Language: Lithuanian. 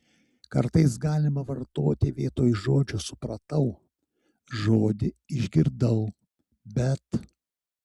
kartais galima vartoti vietoj žodžio supratau žodį išgirdau bet